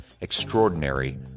Extraordinary